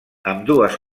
ambdues